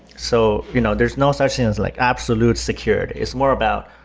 so you know there's no such thing as like absolute security. it's more about,